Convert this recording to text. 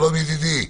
שלום ידידי.